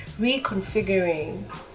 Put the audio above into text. reconfiguring